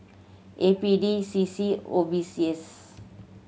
A P D C C and O B C S